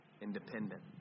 Independent